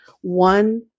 one